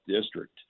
district